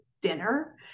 dinner